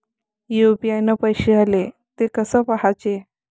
UPI न पैसे आले, थे कसे पाहाचे?